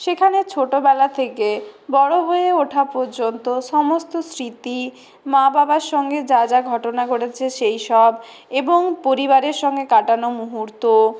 সেখানে ছোটবেলা থেকে বড়ো হয়ে ওঠা পর্যন্ত সমস্ত স্মৃতি মা বাবার সঙ্গে যা যা ঘটনা ঘটেছে সেই সব এবং পরিবারের সঙ্গে কাটানো মুহূর্ত